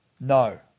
No